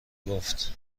گفت